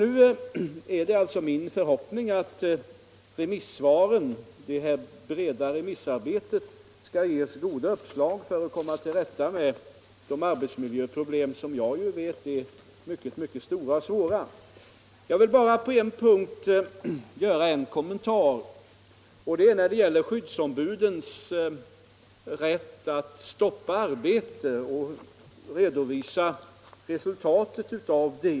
Nu är det alltså min förhoppning att remissvaren — det breda remissarbetet — skall ge oss goda uppslag när det gäller att komma till rätta med arbetsmiljöproblemen, som — det vet jag —- är mycket stora och mycket svåra. Jag vill bara på en punkt göra en kommentar, nämligen när det gäller skyddsombudens rätt att stoppa arbete och redovisa resultatet av det.